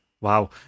Wow